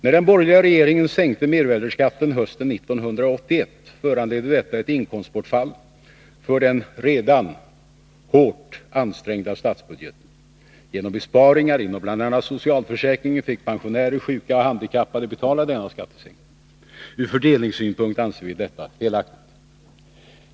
När den borgerliga regeringen sänkte mervärdeskatten hösten 1981 föranledde detta ett inkomstbortfall för den redan hårt ansträngda statsbudgeten. Genom besparingar inom bl.a. socialförsäkringen fick pensionärer, sjuka och handikappade betala denna skattesänkning. Ur fördelningssynpunkt anser vi detta felaktigt.